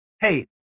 hey